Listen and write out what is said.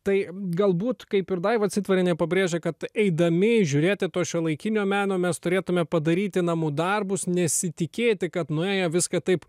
tai galbūt kaip ir daiva citvarienė pabrėžė kad eidami žiūrėti to šiuolaikinio meno mes turėtume padaryti namų darbus nesitikėti kad nuėję viską taip